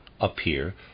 appear